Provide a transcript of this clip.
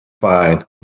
Fine